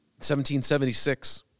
1776